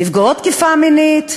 נפגעות תקיפה מינית,